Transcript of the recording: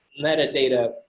metadata